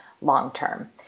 long-term